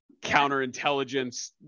counterintelligence